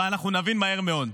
אבל אנחנו נבין מהר מאוד,